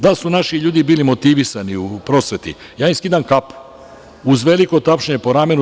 Da li su naši ljudi bili motivisani u prosveti, ja im skidam kapu uz veliko tapšanje po ramenu.